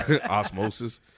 Osmosis